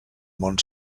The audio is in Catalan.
món